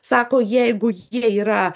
sako jeigu jie yra